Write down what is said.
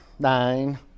Nine